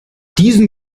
diesen